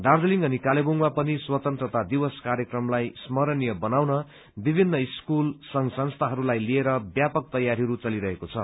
दार्जीलिङ कालेबुङमा पनि स्वतन्त्रता दिवस कार्यक्रमलाई स्मरणीय बनाउन विभिन्न स्कूल संघ संस्थाहरूलाई लिएर व्यापक तयारीहरू चलिरहेको छ